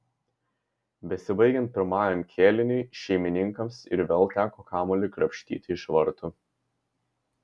besibaigiant pirmajam kėliniui šeimininkams ir vėl teko kamuolį krapštyti iš vartų